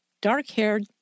dark-haired